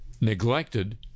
neglected